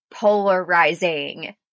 polarizing